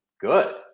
good